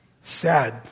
Sad